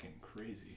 crazy